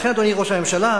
לכן, אדוני ראש הממשלה,